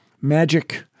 magic